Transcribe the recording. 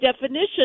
definition